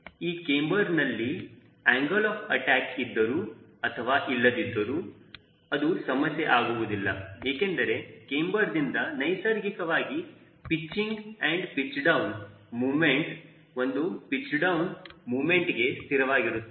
ಈ ಕ್ಯಾಮ್ಬರ್ನಲ್ಲಿ angle of attack ಇದ್ದರು ಅಥವಾ ಇಲ್ಲದಿದ್ದರೂ ಅದು ಸಮಸ್ಯೆ ಆಗುವುದಿಲ್ಲ ಏಕೆಂದರೆ ಈ ಕ್ಯಾಮ್ಬರ್ದಿಂದ ನೈಸರ್ಗಿಕವಾಗಿ ಪಿಚ್ಚಿಂಗ್ ಹಾಗೂ ಪಿಚ್ ಡೌನ್ ಮೂಮೆಂಟ್ ಒಂದು ಪಿಚ್ ಡೌನ್ ಮೂಮೆಂಟ್ ಗೆ ಸ್ಥಿರವಾಗಿರುತ್ತದೆ